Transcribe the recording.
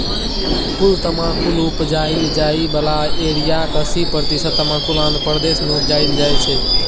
कुल तमाकुल उपजाएल जाइ बला एरियाक अस्सी प्रतिशत तमाकुल आंध्र प्रदेश मे उपजाएल जाइ छै